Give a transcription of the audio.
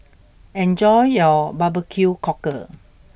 enjoy your Barbecue Cockle